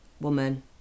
woman